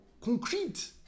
concrete